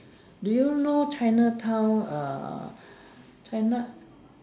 do yo know Chinatown err China